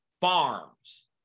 farms